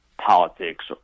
politics